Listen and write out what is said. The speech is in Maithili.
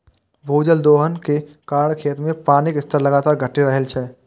भूजल दोहन के कारण खेत मे पानिक स्तर लगातार घटि रहल छै